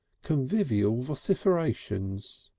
convivial vocificerations.